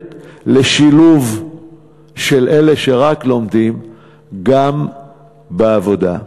לשילוב של אלה שרק לומדים גם בעבודה.